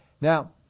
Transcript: Now